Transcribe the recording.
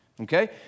okay